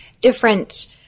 Different